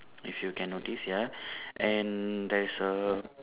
if you can notice ya and there's a